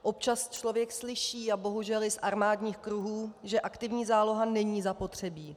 Občas člověk slyší, a bohužel i z armádních kruhů, že aktivní záloha není zapotřebí.